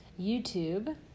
YouTube